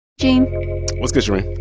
gene what's good, shereen?